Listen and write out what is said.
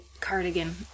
cardigan